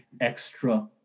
extra